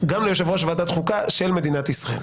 גם ליושב ראש ועדת חוקה של מדינת ישראל.